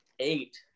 Eight